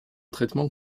traitement